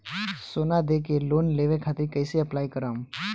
सोना देके लोन लेवे खातिर कैसे अप्लाई करम?